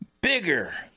bigger